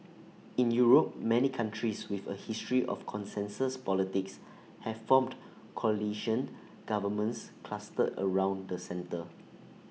in Europe many countries with A history of consensus politics have formed coalition governments clustered around the centre